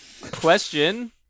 question